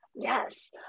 Yes